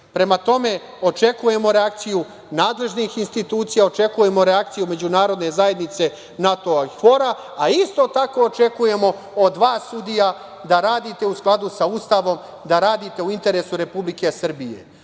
Srbin. Prema tome, očekujemo reakciju nadležnih institucija, očekujemo reakciju međunarodne zajednice NATO i KFORA, a isto tako očekujemo od vas sudija da radite u skladu sa Ustavom, da radite u interesu Republike Srbije,